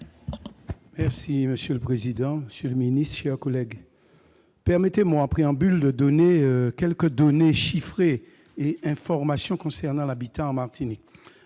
Monsieur le président, monsieur le ministre, mes chers collègues, permettez-moi, en préambule, de livrer quelques données chiffrées et informations concernant l'habitat en Martinique.